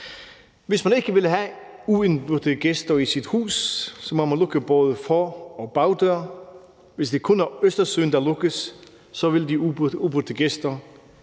Hvis ikke man vil have ubudne gæster i sit hus, må man lukke både for- og bagdør. Hvis det kun er Østersøen, der lukkes, vil de ubudne gæster